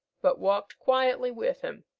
but walked quietly with him,